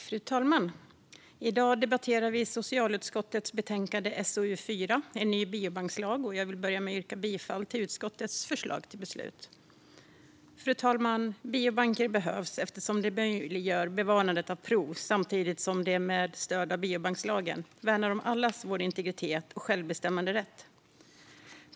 Fru talman! I dag debatterar vi socialutskottets betänkande SoU4 En ny b iobankslag , och jag vill börja med att yrka bifall till utskottets förslag till beslut. Fru talman! Biobanker behövs eftersom de möjliggör bevarandet av prover samtidigt som de med stöd av biobankslagen värnar om allas vår integritet och självbestämmanderätt.